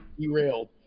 derailed